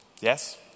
yes